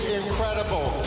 incredible